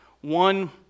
one